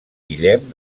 guillem